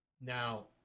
Now